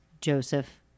Joseph